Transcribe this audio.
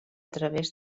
través